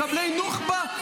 מחבלי נוח'בה?